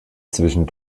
zwischen